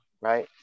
right